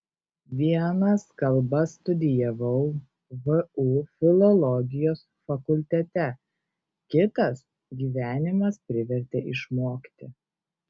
vienas kalbas studijavau vu filologijos fakultete kitas gyvenimas privertė išmokti